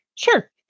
sure